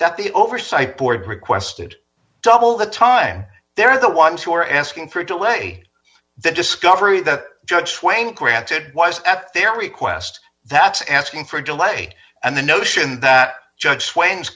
that the oversight board requested double the time they're the ones who are asking for a delay the discovery that judge wang granted was at their request that's asking for a delay and the notion that judge swain's